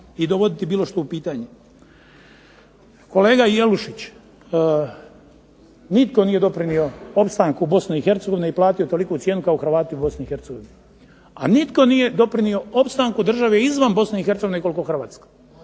i dovoditi bilo što u pitanje. Kolega Jelušić nitko nije doprinio opstanku Bosne i Hercegovine i platio toliku cijenu kao Hrvati u Bosni i Hercegovini. A nitko nije doprinio opstanku države izvan Bosne i Hercegovine